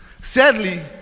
Sadly